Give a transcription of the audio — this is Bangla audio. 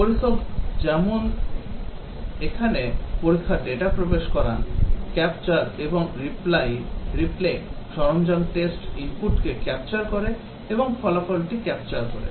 পরীক্ষক যেমন এখানে পরীক্ষার ডেটা প্রবেশ করান capture এবং replay সরঞ্জাম test inputকে capture করে এবং ফলাফলটি capture করে